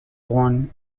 born